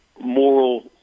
moral